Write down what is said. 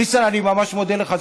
ניסן, אני ממש מודה לך.